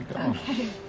okay